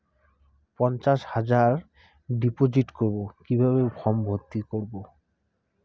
পঞ্চাশ হাজার ডিপোজিট করবো কিভাবে ফর্ম ভর্তি করবো?